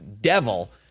devil